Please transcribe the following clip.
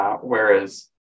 Whereas